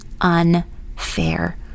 unfair